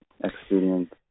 experience